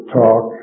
talk